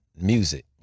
music